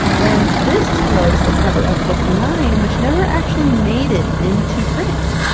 and this was the cover of book nine, which never actually made it into print!